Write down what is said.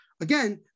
again